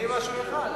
אני משהו אחד.